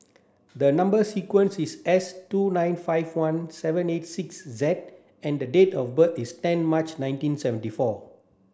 the number sequence is S two nine five one seven eight six Z and the date of birth is ten March ninety seven four